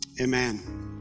Amen